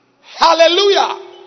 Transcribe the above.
Hallelujah